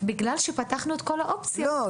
בגלל שפתחנו את כול האופציות -- לא,